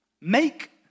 Make